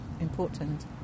important